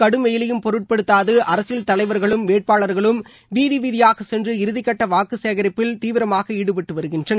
கடும் வெய்யிலையும் பொருட்படுத்தாது தலைவர்களும் தமிழகத்தில் வேட்பாளா்களும் வீதி வீதியாக சென்று இறுதி கட்ட வாக்குசேகிப்பில் தீவிரமாக ஈடுபட்டு ப வருகின்றனர்